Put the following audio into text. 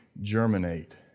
germinate